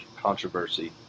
controversy